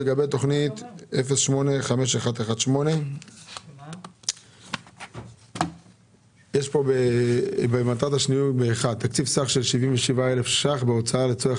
לגבי תכנית 08-51-18. יש כאן תקציב בסך 77 מיליון שקלים בהוצאה לצורך